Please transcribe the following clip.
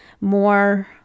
more